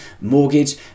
mortgage